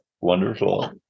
wonderful